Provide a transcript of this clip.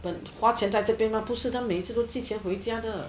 but 花钱在这边不是他每次都寄钱回家的